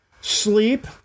sleep